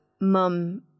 mum